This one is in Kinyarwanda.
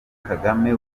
kagame